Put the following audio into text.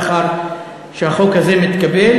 לאחר שהחוק הזה מתקבל,